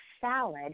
salad